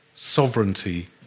sovereignty